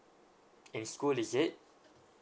in school is it